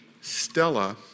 Stella